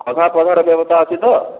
ଗଧୁଆ ପାଧୁଆର ବ୍ୟବସ୍ଥା ଅଛି ତ